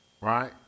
right